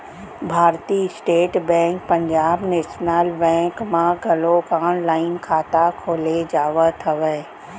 भारतीय state bank Punjab national bank म घलोक ऑनलाईन खाता खोले जावत हवय